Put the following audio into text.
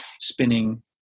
spinning